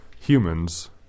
humans